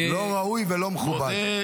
לא ראוי ולא מכובד.